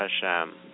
Hashem